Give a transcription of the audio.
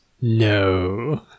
No